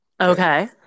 Okay